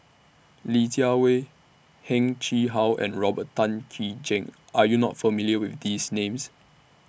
Li Jiawei Heng Chee How and Robert Tan Jee Keng Are YOU not familiar with These Names